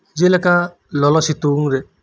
ᱡᱮᱞᱮᱠᱟ ᱞᱚᱞᱚ ᱥᱤᱛᱩᱝ ᱨᱮ